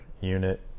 unit